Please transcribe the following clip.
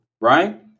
right